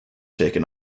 taken